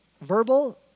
verbal